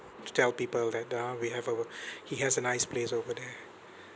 to tell people that ah we have our he has a nice place over there